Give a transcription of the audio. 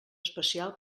especial